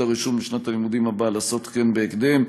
הרישום לשנת הלימודים הבאה לעשות כן בהקדם,